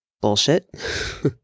bullshit